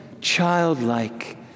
childlike